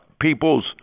people's